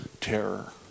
terror